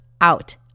out